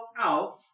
out